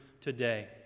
today